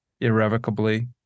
irrevocably